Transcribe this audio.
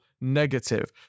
negative